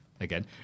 again